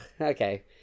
okay